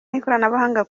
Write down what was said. y’ikoranabuhanga